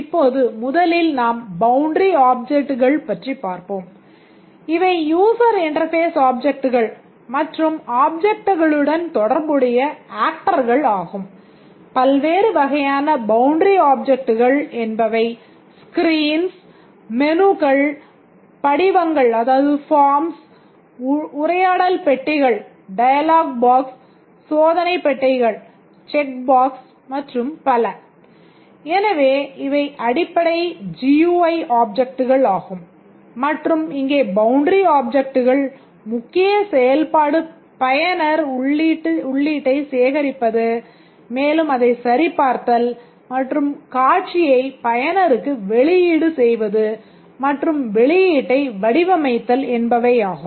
இப்போது முதலில் நாம் பவுண்டரி ஆப்ஜெக்ட்கள் மற்றும் காட்சியைப் பயனருக்கு வெளியீடு செய்வது மற்றும் வெளியீட்டை வடிவமைத்தல் என்பவையாகும்